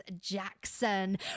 Jackson